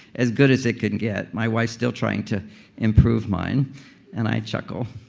as good as it can get. my wife's still trying to improve mine and i chuckle.